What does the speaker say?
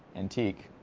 antique.